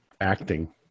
Acting